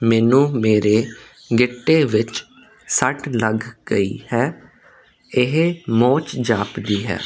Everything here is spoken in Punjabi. ਮੈਨੂੰ ਮੇਰੇ ਗਿੱਟੇ ਵਿੱਚ ਸੱਟ ਲੱਗ ਗਈ ਹੈ ਇਹ ਮੋਚ ਜਾਪਦੀ ਹੈ